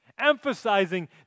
Emphasizing